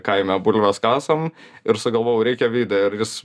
kaime burves kasam ir sugalvojau reikia video ir vis